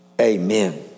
Amen